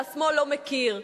שהשמאל לא מכיר,